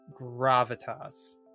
gravitas